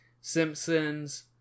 Simpsons